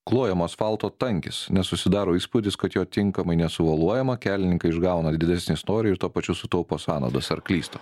klojamo asfalto tankis nes susidaro įspūdis kad jo tinkamai nesuvoluojama kelininkai išgauna didesnį storį ir tuo pačiu sutaupo sąnaudas ar klystu